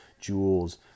jewels